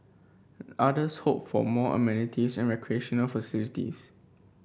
others hoped for more amenities and recreational facilities